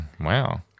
Wow